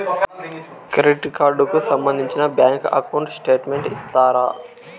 Credit card కు సంబంధించిన bank account statement ఇస్తారా?